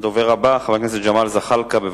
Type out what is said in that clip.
הדובר הבא, חבר הכנסת ג'מאל זחאלקה, בבקשה.